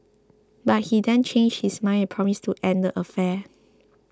but he then changed his mind and promised to end the affair